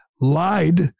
lied